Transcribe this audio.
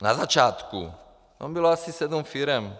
Na začátku tam bylo asi sedm firem.